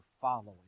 following